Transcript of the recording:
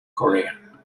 korea